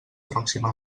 pròxima